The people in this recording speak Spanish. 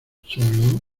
solo